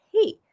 hey